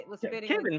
Kevin